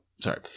sorry